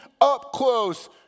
up-close